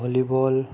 volleyball